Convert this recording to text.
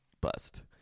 bust